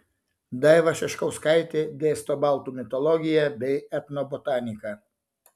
daiva šeškauskaitė dėsto baltų mitologiją bei etnobotaniką